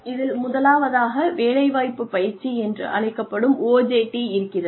இதில் முதலாவதாக வேலைவாய்ப்பு பயிற்சி என்று அழைக்கப்படும் OJT இருக்கிறது